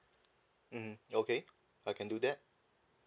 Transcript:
mm okay I can do that